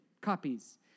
copies